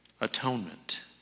atonement